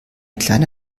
kleine